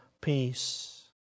peace